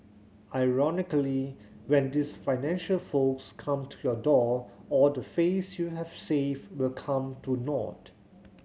ironically when these financial folks come to your door all the face you have saved will come to naught